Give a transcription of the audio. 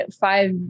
five